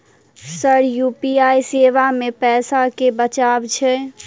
Sir UPI सेवा मे पैसा केँ बचाब छैय?